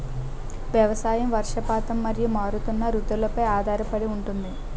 వ్యవసాయం వర్షపాతం మరియు మారుతున్న రుతువులపై ఆధారపడి ఉంటుంది